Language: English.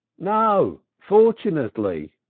no, fortunately,